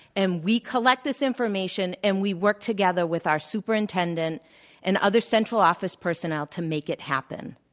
and we collect this information, and we work together with our superintendent and other central office personnel to make it happen.